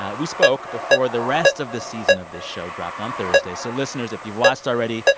ah we spoke before the rest of the season of this show dropped on thursday. so, listeners, if you've watched already,